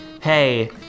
Hey